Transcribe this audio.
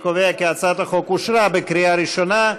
אני קובע כי הצעת החוק אושרה בקריאה ראשונה.